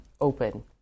open